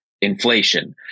inflation